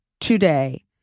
today